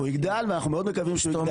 הוא יגדל ואנחנו מאוד מקווים שהוא יגדל.